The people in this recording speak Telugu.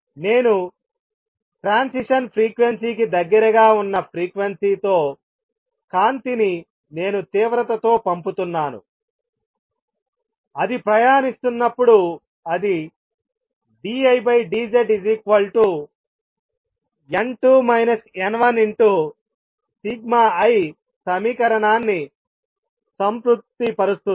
నేను ట్రాన్సిషన్ ఫ్రీక్వెన్సీ కి దగ్గరగా ఉన్న ఫ్రీక్వెన్సీ తో కాంతిని నేను తీవ్రతతో పంపుతున్నాను అది ప్రయాణిస్తున్నప్పుడు అది dI dZ n2 n1σI సమీకరణాన్ని సంతృప్తిపరుస్తుంది